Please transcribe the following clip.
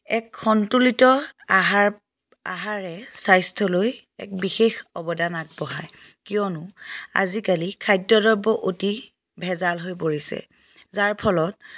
এক সন্তুলিত আহাৰ আহাৰে স্বাস্থ্যলৈ এক বিশেষ অৱদান আগবঢ়ায় কিয়নো আজিকালি খাদ্য দ্ৰব্য অতি ভেজাল হৈ পৰিছে যাৰ ফলত